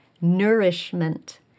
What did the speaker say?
Nourishment